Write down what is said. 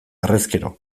harrezkero